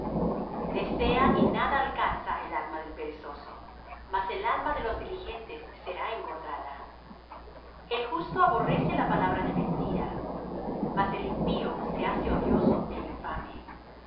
desea y nada alcanza el alma del perezoso mas el alma de los diligentes será engordada el justo aborrece la palabra de mentira mas el impío se hace odioso é infame